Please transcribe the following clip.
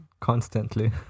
Constantly